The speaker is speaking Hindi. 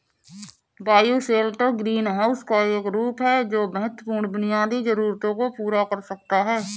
बायोशेल्टर ग्रीनहाउस का एक रूप है जो महत्वपूर्ण बुनियादी जरूरतों को पूरा कर सकता है